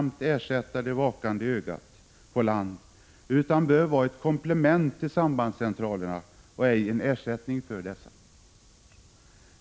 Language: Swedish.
Möjligheten att visuellt upptäcka nödljus kan vara det som räddar liv i situationer då sekunderna är dyrbara.